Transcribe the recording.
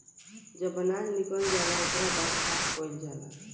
जब अनाज निकल जाला ओकरा बाद साफ़ कईल जाला